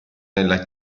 nella